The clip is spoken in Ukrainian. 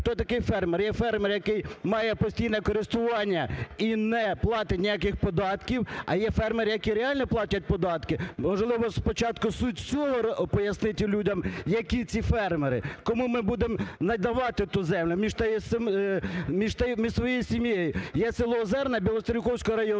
хто такий фермер. Є фермер, який має постійне користування і не платить ніяких податків, а є фермери, які реально платять податки. Можливо, спочатку суть цього поясніть людям, які ці фермери. Кому ми будемо надавати ту землю, між своєю сім'єю. Є село Зерна Білоцерківського району,